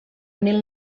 mil